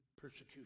persecution